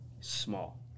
small